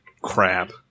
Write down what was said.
crap